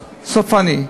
סופני.